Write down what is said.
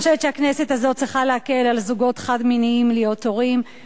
אני חושבת שהכנסת הזו צריכה להקל על זוגות חד-מיניים להיות הורים,